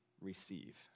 receive